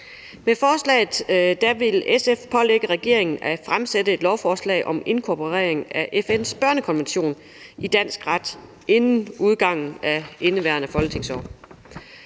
Med forslaget vil SF pålægge regeringen at fremsætte et lovforslag om inkorporering af FN's børnekonvention i dansk ret inden udgangen af indeværende folketingsår.